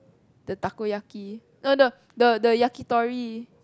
the takoyaki no no no the yakitori